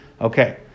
okay